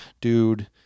dude